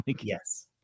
Yes